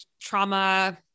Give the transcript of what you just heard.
trauma